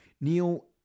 Neil